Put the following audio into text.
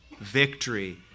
victory